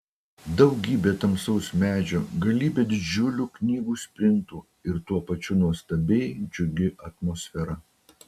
daugybė tamsaus medžio galybė didžiulių knygų spintų ir tuo pačiu nuostabiai džiugi atmosfera